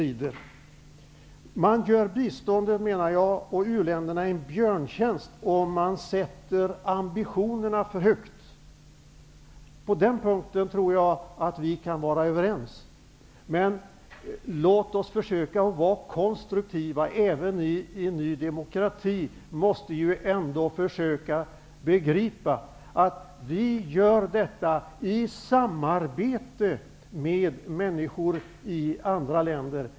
Jag menar att man gör biståndet och u-länderna en björntjänst om man sätter ambitionerna för högt. På den punkten tror jag att vi kan vara överens. Låt oss försöka vara konstruktiva! Även Ny demokrati måste ju ändå försöka begripa att vi gör detta i samarbete med människor i andra länder.